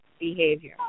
behavior